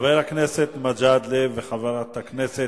חבר הכנסת מג'אדלה וחברת הכנסת,